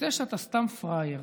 יוצא שאתה סתם פראייר